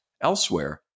elsewhere